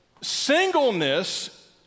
Singleness